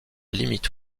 limite